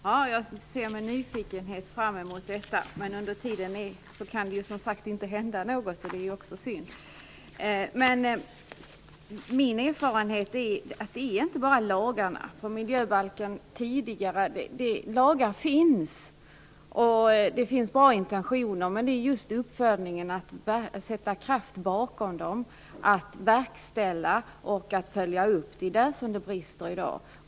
Herr talman! Jag ser med nyfikenhet fram emot detta. Men under tiden kan det ju inte hända något, och det är synd. Min erfarenhet är att det inte bara är lagarna och bristen på miljöbalk som är orsaken. Det finns lagar och bra intentioner, men det är just uppföljningen som brister, att sätta kraft bakom lagarna och att verkställa.